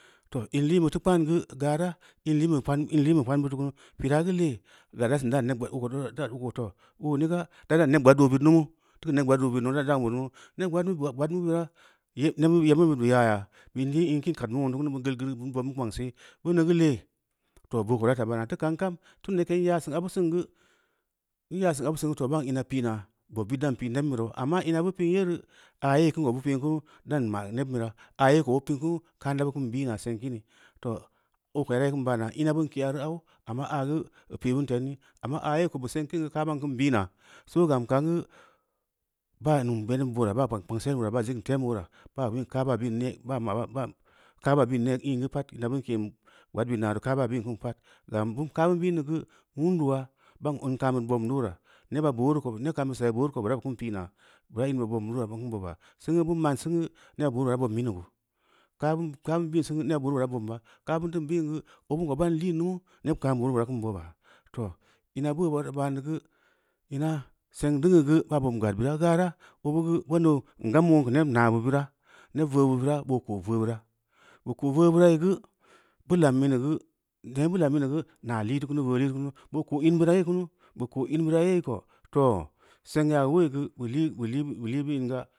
Too, in liin be teu kpan geu, gara, in liin beu kpang butu ku, pira geu lee, yara sen dam neb gbaad, oo ko too, oo ni ga, da dan neb gbad oo bid munu, tou keu neb gbad oo bid deu dan oo lumeu, neb gbaad mu bira yeb mu bid a yaaya, bin ī’ in kin kad mu nuong teu ku, bil geul geul bin bobn neu kpang see, beu neu gu lee too boo reu taa baana teu kam kaw, tunda yake īna yaa sin obu sin geu, n yaa sin obu sin geu too baan ima pi’naa, bob bid dan pī’ nebm birau, amma ina bu pi’n yereu aayee kin ko bu pi’n kunu dan ma’ keu neban bira, kin gbena seng kimi, too, oo ko yarii kin baana, ina bin ke’a reu au, amma aa geu bu pī bun tedn ni, amma aayee ko bu seng kin geu kaa ban gbi’naa soo gam kan geu ban naam veneb ulura, baa bob kpengsel bu aleura baa sikn tem bue uleura, baa kaa bin gbih, kaa ba gbi’ m̄ geu pad m̄a bin ke’n neb gbaad bin naa reu bin gbin kim pad, gam kaa bin gbin neu geu kumdua, ban in kam bid bobn dau iueura, neba boonu reu ko, neb ka’anu bu saai boon ko bura bu kin pi’na, bura in bid bobm ulura, buran boba, singu bin ma’n singu, neba boonu reu bura bobm bini geu, kaa bin gbe’n singu neba boon reu bura bobn bini gu? Kam bin ni gbi’n geu abin ho bimna liin lumu, neb kam buru buro bom boba too ina beu bura bam neu geu, ina seng dungneu geu beun bpbun ged bira gara obu geu n yan nuong keu neb naa bu bura neb veu bee bira, boo ko’ veu bura, bu kel veu bee bira, boo ko’ veu bura bu kel veu birai, bou lam in neu geu nue bu lam ineu geu naa lii teu kunu veu lii teu kunu, boo ko in beura yoo kunu bu ko in bira yei ko, too seng gaa uleu’ī geu bu lii bu in ga.